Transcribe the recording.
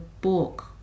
book